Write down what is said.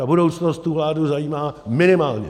Ta budoucnost vládu zajímá minimálně.